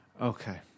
Okay